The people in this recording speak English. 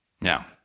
Now